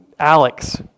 Alex